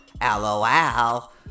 lol